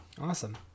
Awesome